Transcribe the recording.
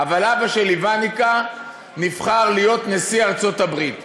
אבל אבא של איוונקה נבחר להיות נשיא ארצות-הברית.